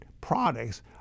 products